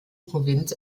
provinz